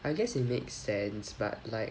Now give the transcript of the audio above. I guess it make sense but like